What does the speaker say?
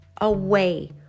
away